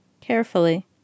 Carefully